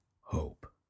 hope